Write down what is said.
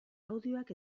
audioak